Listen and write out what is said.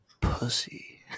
pussy